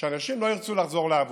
שאנשים לא ירצו לחזור לעבודה.